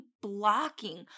blocking